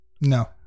no